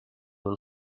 will